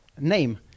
Name